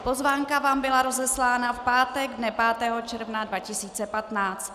Pozvánka vám byla rozeslána v pátek dne 5. června 2015.